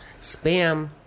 Spam